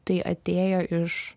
tai atėjo iš